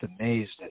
amazed